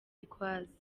turquoise